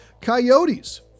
Coyotes